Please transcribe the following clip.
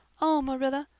oh, marilla,